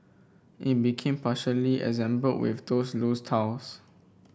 in became partially assembled with those loose